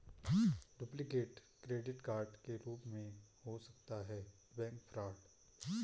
duplicate credit card के रूप में हो सकता है बैंक फ्रॉड